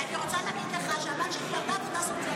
ואני רוצה להגיד לך שהבת שלי למדה עבודה סוציאלית,